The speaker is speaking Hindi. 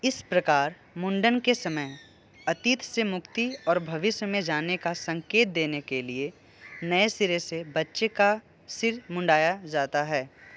इस प्रकार मुंडन के समय अतीत से मुक्ती और भविष्य में जाने का संकेत देने के लिए नए सिरे से बच्चे का सिर मुंडाया जाता है